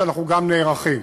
ואנחנו גם לזה נערכים.